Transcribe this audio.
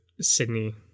Sydney